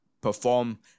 perform